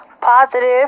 positive